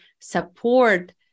support